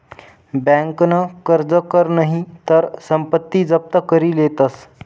बँकन कर्ज कर नही तर संपत्ती जप्त करी लेतस